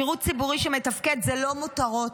שירות ציבורי שמתפקד הוא לא מותרות,